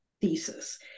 thesis